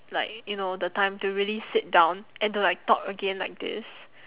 like you know the time to really sit down and to like talk again like this